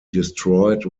destroyed